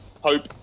hope